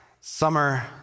summer